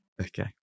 Okay